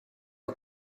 for